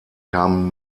kamen